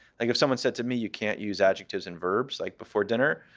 like, if someone said to me, you can't use adjectives and verbs like before dinner,